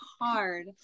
hard